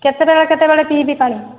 କେତେବେଳେ କେତେବେଳେ ପିଇବି ପାଣି